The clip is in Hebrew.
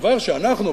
דבר שאנחנו,